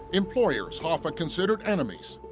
employers hoffa considered enemies.